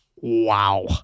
Wow